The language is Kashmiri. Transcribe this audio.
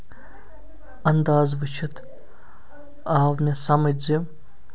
اَندازٕ وُچھِتھ آو مےٚ سَمجھ یہِ